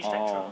oh